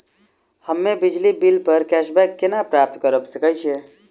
हम्मे बिजली बिल प कैशबैक केना प्राप्त करऽ सकबै?